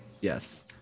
Yes